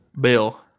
bill